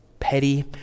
petty